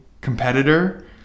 competitor